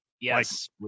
Yes